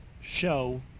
show